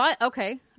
Okay